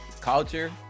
culture